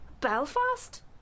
Belfast